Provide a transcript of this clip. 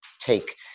take